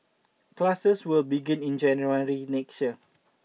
classes will begin in January next year